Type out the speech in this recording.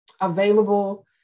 available